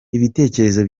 ibitekerezo